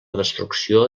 destrucció